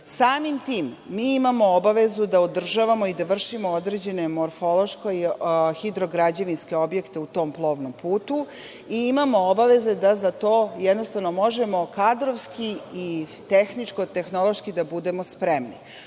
Samim tim, mi imamo obavezu da održavamo i da vršimo određene morfološke i hidrograđevinske objekte u tom plovnom putu i imamo obaveze da za to možemo kadrovski i tehničko-tehnološki da budemo spremni. Očito